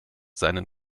seinen